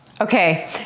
Okay